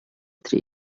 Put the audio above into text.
three